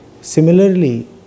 similarly